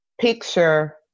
picture